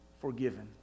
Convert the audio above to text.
forgiven